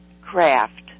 craft